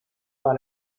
par